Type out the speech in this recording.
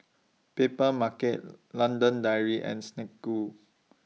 Papermarket London Dairy and Snek Ku